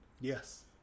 Yes